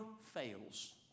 fails